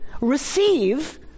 receive